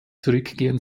zurückgehen